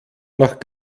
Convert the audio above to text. nach